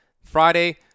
Friday